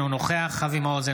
אינו נוכח אבי מעוז,